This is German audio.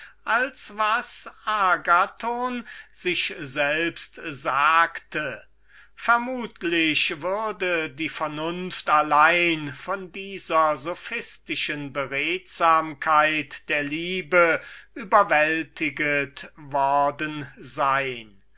als was er sich selbst sagte vermutlich würde die vernunft allein von dieser sophistischen beredsamkeit der liebe überwältiget worden sein